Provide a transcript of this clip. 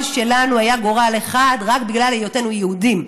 שלנו היה גורל אחד רק בגלל היותנו יהודים.